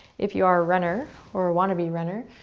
if you are a runner or a want to be runner,